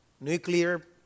nuclear